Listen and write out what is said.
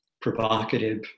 provocative